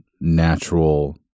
natural